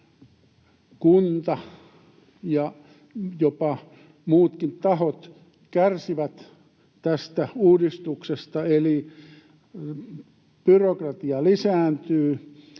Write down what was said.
kunta ja jopa muutkin tahot kärsivät tästä uudistuksesta, eli byrokratia lisääntyy,